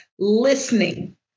listening